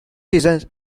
seasons